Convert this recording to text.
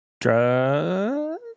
Drugs